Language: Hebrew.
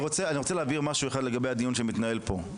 רוצה להבהיר משהו אחד לגבי הדיון שמתנהל פה.